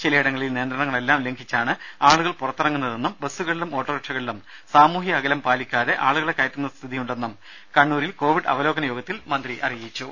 ചിലയിടങ്ങളിൽ നിയന്ത്രണങ്ങളെല്ലാം ലംഘിച്ചാണ് ആളുകൾ പുറത്തിറങ്ങുന്നതെന്നും ബസുകളിലും ഓട്ടോറിക്ഷകളിലും സാമൂഹ്യ അകലം പാലിക്കാതെ ആളുകളെ കയറ്റുന്ന സ്ഥിതിയുണ്ടെന്നും മന്ത്രി പറഞ്ഞു